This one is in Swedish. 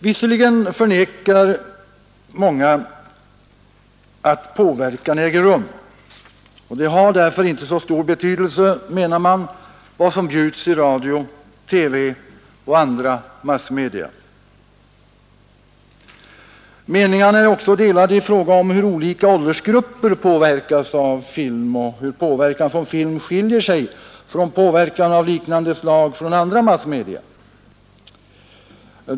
Visserligen förnekar många att påverkan äger rum, och vad som bjuds i radio, TV och i andra massmedia spelar därför enligt deras mening inte så stor roll. Meningarna är också delade i fråga om hur olika åldersgrupper påverkas av film och om hur påverkan genom film skiljer sig från påverkan av liknande slag i andra massmedia.